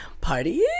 party